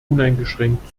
uneingeschränkt